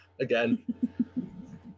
again